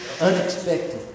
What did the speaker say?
Unexpected